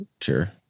Sure